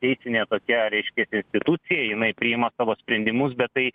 teisinė tokia reiškias institucija jinai priima savo sprendimus bet tai